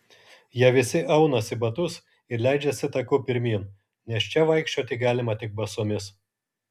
jie visi aunasi batus ir leidžiasi taku pirmyn nes čia vaikščioti galima tik basomis